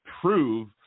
prove